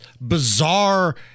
bizarre